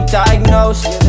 diagnosed